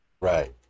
Right